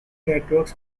networks